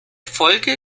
folge